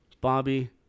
Bobby